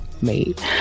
made